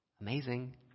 amazing